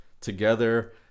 together